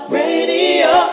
radio